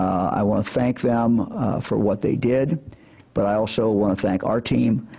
i want to thank them for what they did but i also want to thank our team,